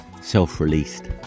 self-released